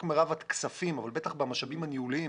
מרב הכספים אבל בטח במשאבים הניהוליים